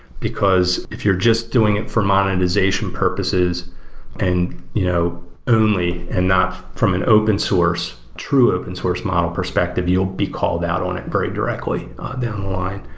because if you're just doing it for monetization purposes and you know only and not from an open source, true open source model perspective, you will be called out on it very directly down the line.